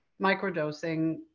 microdosing